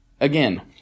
again